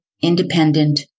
independent